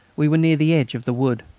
we were near the edge of the wood.